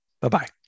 Bye-bye